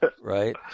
right